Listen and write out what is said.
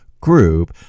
group